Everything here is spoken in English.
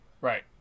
Right